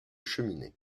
cheminées